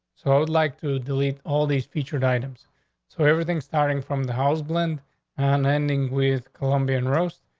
so i would like to delete all these featured items so everything's starting from the house blend and ending with colombian roast.